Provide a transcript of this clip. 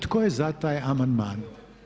Tko je za taj amandman?